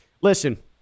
listen